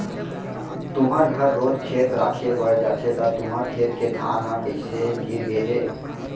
तुँहर घर रोज खेत राखे बर जाथे त तुँहर खेत के धान ह कइसे गिर गे हे?